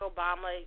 Obama